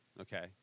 okay